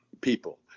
people